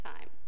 time